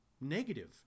negative